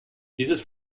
dieses